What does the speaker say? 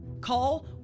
Call